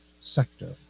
sector